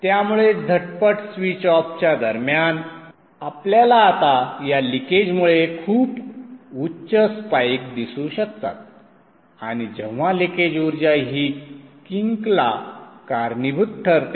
त्यामुळे झटपट स्वीच ऑफच्या दरम्यान आपल्याला आता या लिकेजमुळे खूप उच्च स्पाइक दिसू शकतात आणि जेव्हा लिकेज उर्जा ही किंकला कारणीभूत ठरते